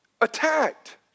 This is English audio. attacked